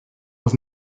was